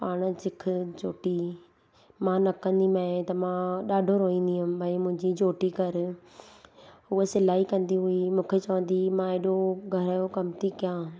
पाण सिखु चोटी मां न कंदी माएं त मां ॾाढो रोईंदी हुयमि भई मुंहिंजी चोटी कर हूअ सिलाई कंदी हुई मूंखे चवंदी हुई मां एॾो घर जो कम थी कयां